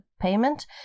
payment